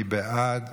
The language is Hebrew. מי בעד?